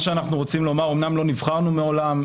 אמנם לא נבחרנו מעולם,